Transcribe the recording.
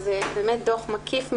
זה באמת דו"ח מקיף מאוד,